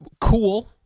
cool